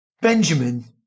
Benjamin